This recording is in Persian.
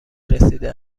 رسیده